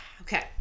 Okay